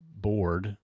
board